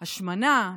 השמנה,